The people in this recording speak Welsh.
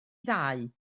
ddau